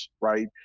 right